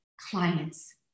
clients